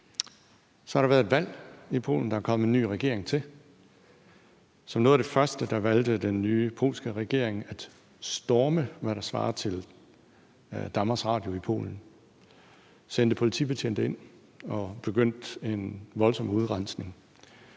Så har der været et valg i Polen, og der er kommet en ny regering til. Som noget af det første valgte den nye polske regering at storme, hvad der svarer til DR i Polen. De sendte politibetjente ind og begyndte en voldsom udrensning,